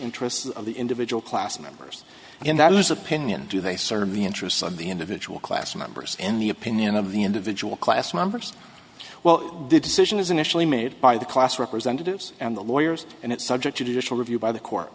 interests of the individual class members and that is opinion do they serve the interests of the individual class members in the opinion of the individual class members well the decision is initially made by the class representatives and the lawyers and it's subject to judicial review by the court